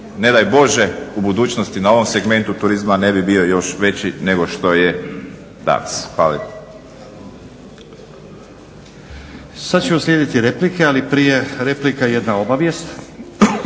ne daj Bože u budućnosti na ovom segmentu turizma ne bi bio još veći nego što je danas. Hvala lijepo. **Stazić, Nenad (SDP)** Sad će uslijediti replike, ali prije replika jedna obavijest.